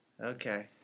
Okay